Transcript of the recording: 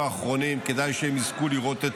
חבר הכנסת יוראי,